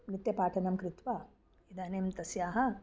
नृत्यपाठनं कृत्वा इदानीं तस्याः